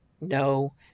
no